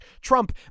Trump